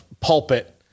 pulpit